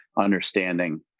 understanding